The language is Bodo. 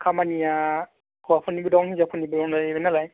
खामानिया हौवाफोरनिबो दं हिन्जावफोरनिबो दंनायोमोन नालाय